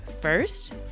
first